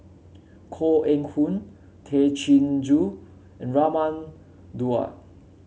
Koh Eng Hoon Tay Chin Joo and Raman Daud